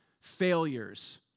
failures